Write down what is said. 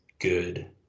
good